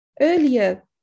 earlier